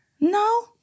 No